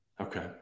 Okay